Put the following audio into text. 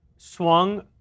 swung